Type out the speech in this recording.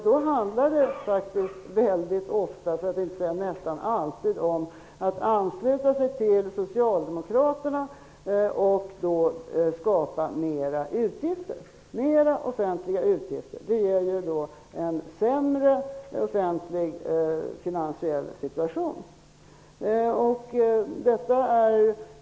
Då handlar det väldigt ofta, för att inte säga alltid, om att ansluta sig till Socialdemokraterna och därigenom skapa mer offentliga utgifter. Detta ger då en sämre offentlig finansiell situation.